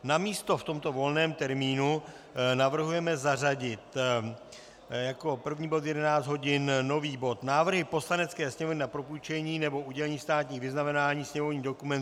Na místo v tomto volném termínu navrhujeme zařadit jako první bod v 11 hodin nový bod Návrhy Poslanecké sněmovny na propůjčení nebo udělení státních vyznamenání, sněmovní dokument 4411.